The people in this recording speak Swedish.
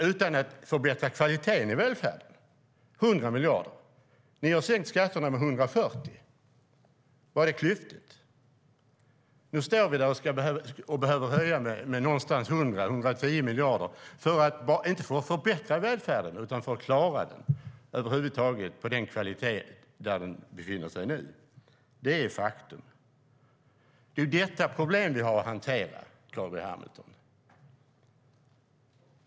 Utan att ens förbättra kvaliteten i välfärden behövs det 100 miljarder, och ni har sänkt skatterna med 140. Var det klyftigt? Nu står vi här och behöver höja med någonstans 100-110 miljarder, inte för att förbättra välfärden utan för att över huvud taget klara den med den kvalitet den har nu. Det är faktum. Det är detta problem vi har att hantera, Carl B Hamilton.